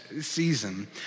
season